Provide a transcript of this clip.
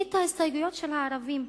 מההסתייגויות של הערבים.